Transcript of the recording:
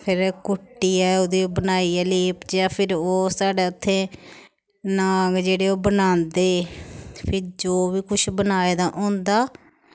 फिर कुट्टियै ओह्दी बनाइयै लेप जेहा फिर ओह् साढ़े उत्थै नाग जेह्ड़े ओह् बनांदे फिर जो बी कुछ बनाए दा होंदा